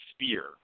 spear